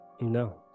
No